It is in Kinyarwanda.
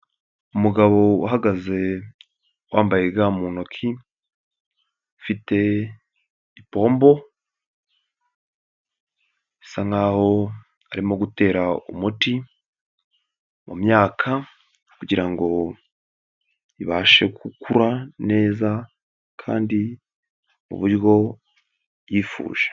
Umugabo uhagaze wambaye ga mu ntoki ufite ipombo, bisa nkaho arimo gutera umuti mu myaka kugira ngo ibashe gukura neza kandi mu buryo yifuje.